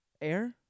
air